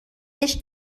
ولش